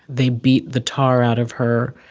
they beat the tar out of her,